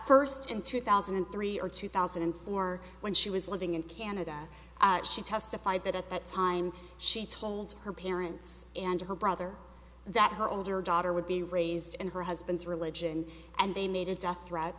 first in two thousand and three or two thousand and four when she was living in canada she testified that at that time she told her parents and her brother that her older daughter would be raised in her husband's religion and they made a death threat